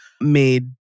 made